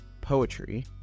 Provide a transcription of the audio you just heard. poetry